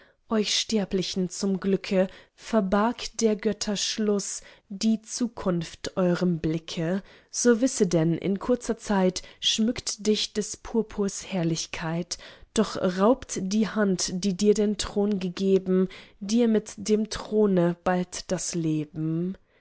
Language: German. euch sterblichen zum glücke verbarg der götter schluß die zukunft eurem blicke so wisse denn in kurzer zeit schmückt dich des purpurs herrlichkeit doch raubt die hand die dir den thron gegeben dir mit dem throne bald das leben